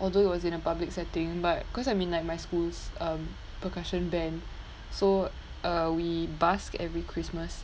although it was in a public setting but cause I'm in like my school's um percussion band so uh we busk every christmas